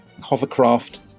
hovercraft